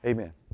Amen